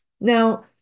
Now